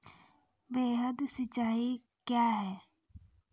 वृहद सिंचाई कया हैं?